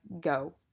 go